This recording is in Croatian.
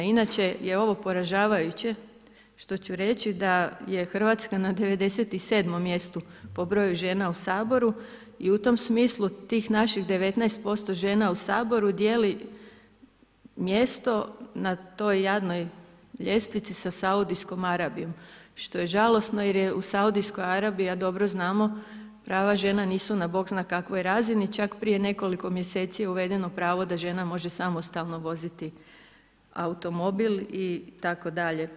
Inače je ovo poražavajuće što ću reći, da je Hrvatska na 97. mjestu po broju žena u Saboru i u tom smislu tih naših 19% žena u Saboru dijeli mjesto na toj jadnoj ljestvici sa Saudijskom Arabijom, što je žalosno jer je u Saudijskoj Arabiji, a dobro znamo, prava žena nisu na Bog zna kakvoj razini, čak prije nekoliko mjeseci je uvedeno pravo da žena može samostalno voziti automobil itd.